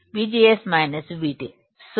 VGS VT